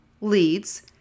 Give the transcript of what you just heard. leads